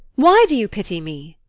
why do you pity me?